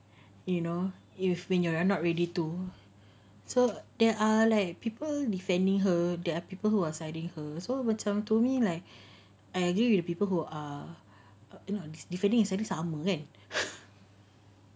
you know you when you're not ready to so there are like people defending her there are people who are citing her so macam to me like I agree with the people who are defending and citing sama kan